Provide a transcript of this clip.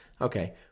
Okay